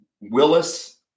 Willis